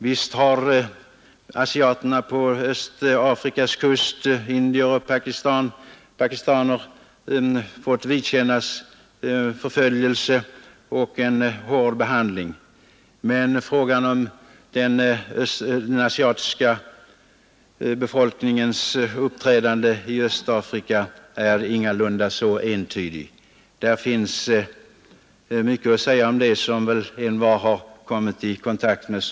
Visst har asiaterna på Östafrikas kust, indier och pakistaner, fått vidkännas förföljelse och hård behandling. Men frågan om den asiatiska befolkningens uppträdande i Östafrika är ingalunda så entydig. Där finns mycket att säga därom, som envar som rest i dessa länder kommit i kontakt med.